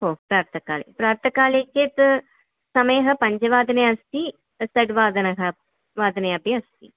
हो प्रातःकाले प्रातःकाले चेत् समयः पञ्जवादने अस्ति षड्वादनः वादने अपि अस्ति